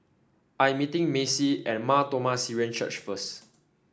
I am meeting Maci at Mar Thoma Syrian Church first